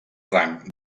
rang